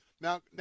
Now